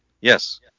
Yes